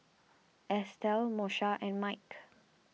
Estell Moesha and Mike